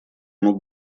мог